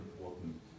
important